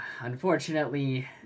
unfortunately